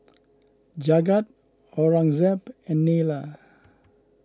Jagat Aurangzeb and Neila